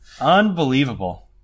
Unbelievable